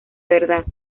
verdad